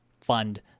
fund